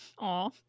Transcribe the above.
Aw